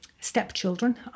stepchildren